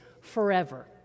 forever